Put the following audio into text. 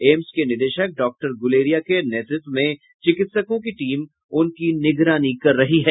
AIIMS के निदेशक doctor Guleria के नेतृत्व में चिकित्सकों की टीम उनकी निगरानी कर रही है